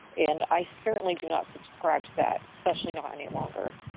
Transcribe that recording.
and i certainly do not subscribe to that, especially not any longer